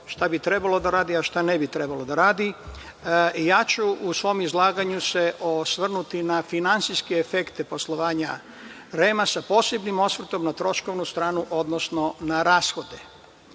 šta bi trebalo da radi, a šta ne bi trebalo da radi. Ja ću se u svom izlaganju osvrnuti na finansijske efekte poslovanja REM-a sa posebnim osvrtom na troškovnu stranu, odnosno na rashode. Prema